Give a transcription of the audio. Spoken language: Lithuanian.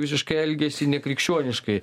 visiškai elgiasi nekrikščioniškai